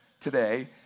today